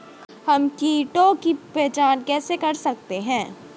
हम कीटों की पहचान कैसे कर सकते हैं?